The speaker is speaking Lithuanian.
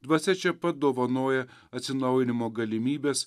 dvasia čia pat dovanoja atsinaujinimo galimybes